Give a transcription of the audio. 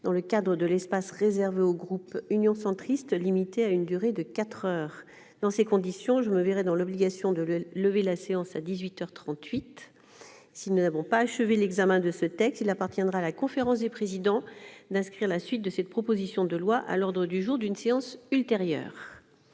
inscrite dans l'espace réservé au groupe Union centriste, limité à une durée de quatre heures. Dans ces conditions, je me verrai dans l'obligation de lever la séance à dix-huit heures trente-huit. Si nous n'avons pas achevé l'examen de ce texte, il appartiendra à la conférence des présidents d'inscrire la suite de cette proposition de loi à l'ordre du jour d'une séance ultérieure.